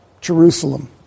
Jerusalem